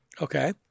Okay